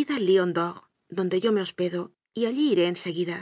id al lion d'or donde yo me hospedo y allí iré en seguida